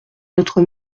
notre